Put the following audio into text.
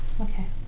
Okay